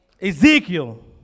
Ezekiel